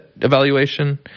evaluation